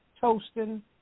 toasting